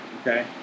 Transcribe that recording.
okay